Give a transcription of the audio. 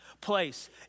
place